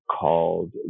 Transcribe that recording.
called